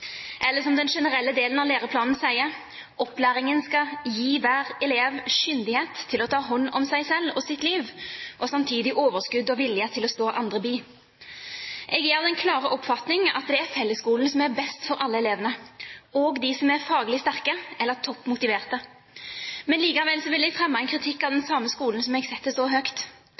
eller som den generelle delen av læreplanen sier: Opplæringen «skal gi hver elev kyndighet til å ta hånd om seg selv og sitt liv, og samtidig overskudd og vilje til å stå andre bi». Jeg er av den klare oppfatning at det er fellesskolen som er best for alle elevene, også de som er faglig sterke eller toppmotiverte. Men likevel vil jeg fremme kritikk av den samme skolen som jeg setter så